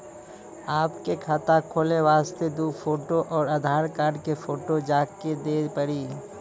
आपके खाते खोले वास्ते दु फोटो और आधार कार्ड के फोटो आजे के देल पड़ी?